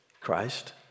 Christ